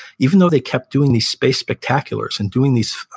even though they kept doing these space spectaculars and doing these,